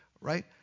right